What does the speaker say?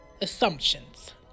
Assumptions